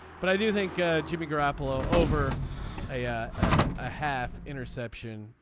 but i do think jimmy garoppolo over a yeah ah half interception.